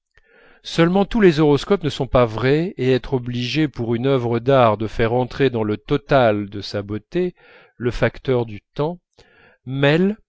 seulement tous les horoscopes ne sont pas vrais et être obligé pour une œuvre d'art de faire entrer dans le total de sa beauté le facteur du temps mêle